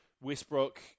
Westbrook